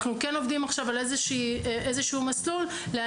אנחנו עובדים עכשיו על מסלול אשר יוכל